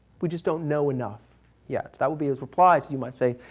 we just don't know enough yet. that will be his reply. so you might say,